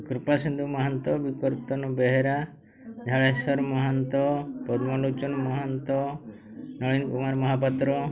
Kripa Sindhu Mahanta Bibartana Behera Jhaleswar Mahanta Padmalochan Mahanta Nalin Kumar Mohapatra